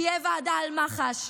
תהיה ועדה על מח"ש,